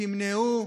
תמנעו,